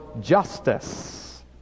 justice